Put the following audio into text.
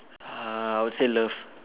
uh I would say love